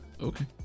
Okay